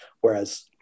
Whereas